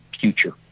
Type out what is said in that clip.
future